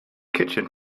kitchen